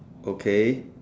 okay